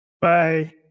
Bye